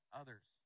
others